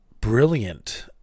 brilliant